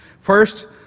First